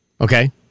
Okay